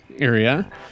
area